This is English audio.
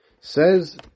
Says